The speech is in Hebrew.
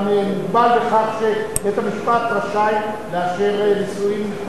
בית-המשפט רשאי לאשר נישואין.